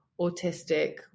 autistic